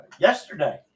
Yesterday